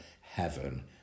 heaven